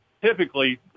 Typically